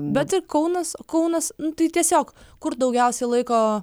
bet i kaunas kaunas tai tiesiog kur daugiausia laiko